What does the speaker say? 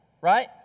right